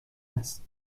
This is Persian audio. است